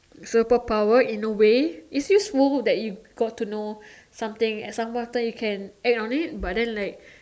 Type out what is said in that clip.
superpower in a way it's useful that you got to know something and somewhat you can act on it but then like